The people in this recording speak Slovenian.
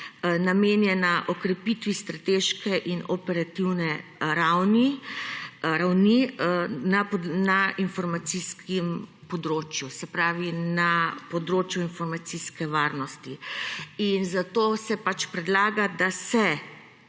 namenjena okrepitvi strateške in operativne ravni, na informacijskem področju. Se pravi, na področju informacijske varnosti in zato se predlaga, da se